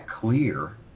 clear